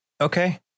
Okay